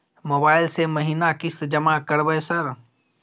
Mobile से महीना किस्त जमा करबै सर?